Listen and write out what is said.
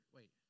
Wait